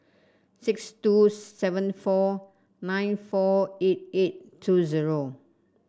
six two seven four nine four eight eight two zero